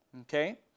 Okay